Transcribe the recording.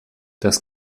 das